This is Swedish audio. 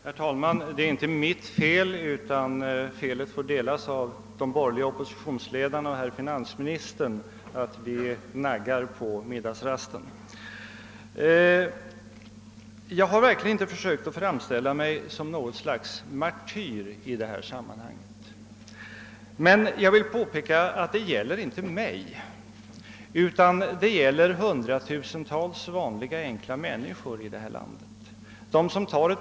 Herr talman! Det är inte endast mitt fel att vi naggar på middagsrasten, utan skulden får delas även av de borgerliga oppositionsledarna och av finansministern. Jag har sannerligen inte försökt framställa mig som något slags martyr i detta sammanhang. De som gör ett bestämt politiskt ställningstagande — det gäller alla partier — får också ta konsekvenserna av detta i det nuvarande samhället.